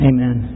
Amen